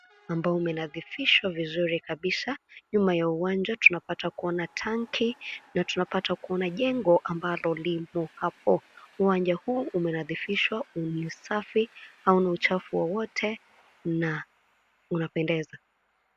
Ambao umenadhifishwa vizuri kabisa nyuma ya uwanja tunapata kuona tanki na tunapata kuona jengo ambalo limo hapo uwanja huu umenadhifishwa kwenye usafi hauna uchafu wowote na unapendeza.